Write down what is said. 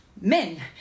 men